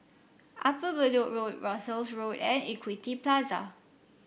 Upper Bedok Road Russels Road and Equity Plaza